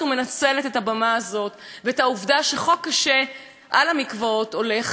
ואת העובדה שחוק קשה על המקוואות הולך לעלות כאן ולעבור,